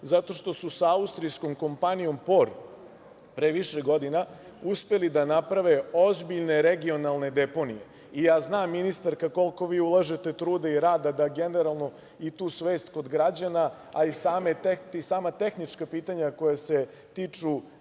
zato što su sa austrijskom kompanijom „POR“ pre više godina uspeli da naprave ozbiljne regionalne deponije i ja znam ministarka koliko vi ulažete truda i rada da generalno i tu svest kod građana, a i sama tehnička pitanja koja se tiču